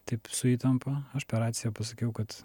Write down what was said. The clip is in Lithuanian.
taip su įtampa aš per raciją pasakiau kad kad